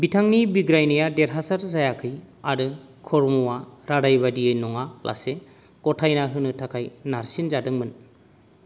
बिथांनि बिग्रायनाया देरहासार जायाखै आरो खुर्मआ रादाय बादियै नङा लासे गथायना होनो थाखाय नारसिन जादोंमोन